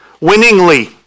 winningly